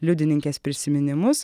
liudininkės prisiminimus